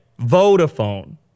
Vodafone